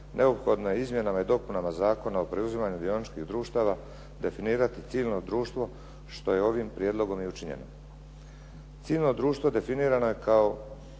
neophodno je izmjenama i dopunama Zakona o preuzimanju dioničkih društava definirati ciljno društvo, što je ovim prijedlogom i učinjeno. Ciljno društvo definirano je kao